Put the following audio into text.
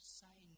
say